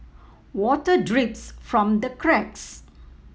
water drips from the cracks